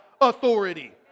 authority